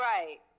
Right